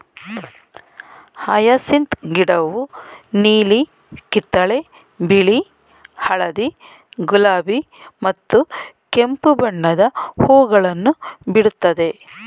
hyacinth ಗಿಡವು ನೀಲಿ, ಕಿತ್ತಳೆ, ಬಿಳಿ, ಹಳದಿ, ಗುಲಾಬಿ ಮತ್ತು ಕೆಂಪು ಬಣ್ಣದ ಹೂಗಳನ್ನು ಬಿಡುತ್ತದೆ